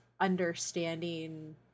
understanding